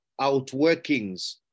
outworkings